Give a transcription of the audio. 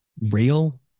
real